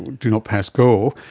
do not pass go.